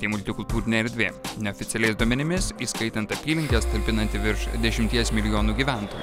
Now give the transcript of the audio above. tai multikultūrinė erdvė neoficialiais duomenimis įskaitant apylinkes talpinanti virš dešimties milijonų gyventojų